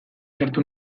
sartu